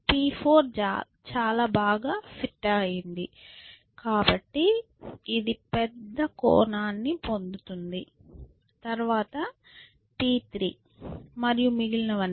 P4 చాలా బాగా fit అయ్యింది కాబట్టి ఇది పెద్ద కోణాన్ని పొందుతుంది తర్వాత P3 మరియు మిగిలినవన్నీ